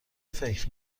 فکر